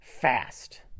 fast